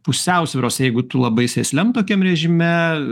pusiausvyros jeigu tu labai sėsliam tokiam režime